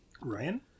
ryan